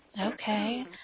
Okay